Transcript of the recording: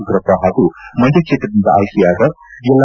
ಉಗ್ರಪ್ಪ ಹಾಗೂ ಮಂಡ್ಯ ಕ್ಷೇತ್ರದಿಂದ ಆಯ್ಕೆಯಾದ ಎಲ್